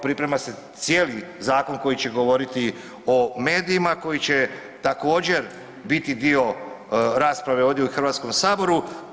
Priprema se cijeli zakon koji će govoriti o medijima, koji će također biti dio rasprave ovdje u Hrvatskom saboru.